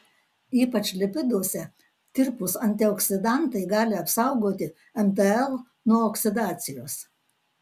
ypač lipiduose tirpūs antioksidantai gali apsaugoti mtl nuo oksidacijos